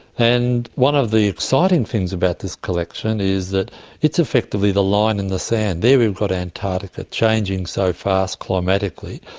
and one of the exciting things about this collection is that it's effectively the line in the sand. there we've got antarctica changing so fast climatically,